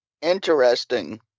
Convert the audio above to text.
Interesting